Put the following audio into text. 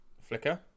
flicker